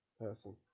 person